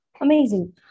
Amazing